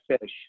fish